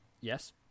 yes